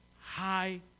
High